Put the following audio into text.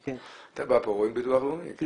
אתה בא לפה, רואים ביטוח לאומי.